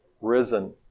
Risen